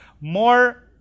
more